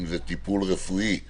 אם זה טיפול רפואי נחוץ.